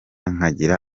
nkagira